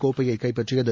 கோப்பையை கைப்பற்றியது